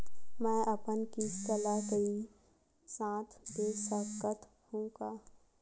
मै अपन किस्त ल एक साथ दे सकत हु का?